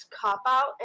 cop-out